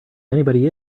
anybody